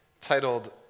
titled